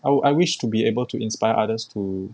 oh I wish to be able to inspire others to